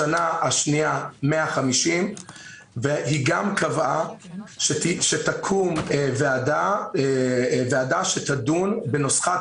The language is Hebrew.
בשנה השנייה 150 והיא גם קבעה שתקום ועדה שתדון בנוסחת